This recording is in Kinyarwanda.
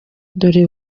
dore